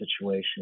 situation